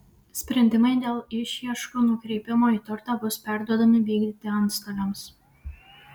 sprendimai dėl išieškų nukreipimo į turtą bus perduodami vykdyti antstoliams